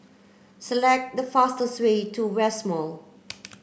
select the fastest way to West Mall